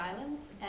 Islands